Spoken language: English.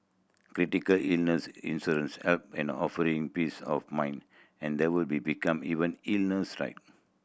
critical illness insurance help in a offering peace of mind and there will be become even illness strike